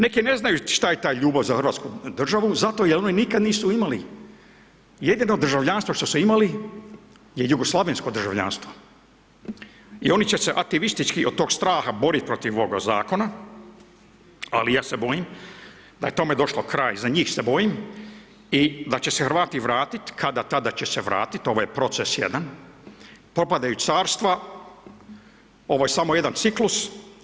Neki ne znaju šta je ta ljubav za hrvatsku državu zato jel oni nikada nisu imali, jedino državljanstvo što su imali je jugoslavensko državljanstvo i oni će se aktivistički od tog straha borit protiv ovoga Zakona, ali ja se bojim da je tome došlo kraj, za njih se bojim i da će se Hrvati vratit, kada tada će se vratit, ovo je proces jedan, propadajući carstva, ovo je samo jedan ciklus.